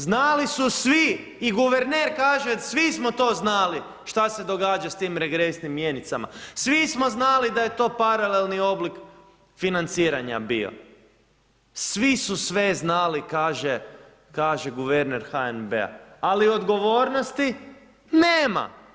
Znali su svi i guverner kaže svi smo to znali šta se događa sa tim regresnim mjenicama, smo znali da je to paralelni oblik financiranja bio, svi su sve znali kaže guverner HNB-a ali odgovornosti nema.